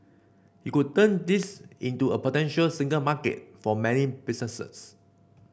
it could turn this into a potential single market for many businesses